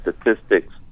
statistics